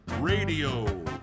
Radio